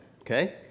Okay